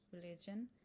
religion